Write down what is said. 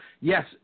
yes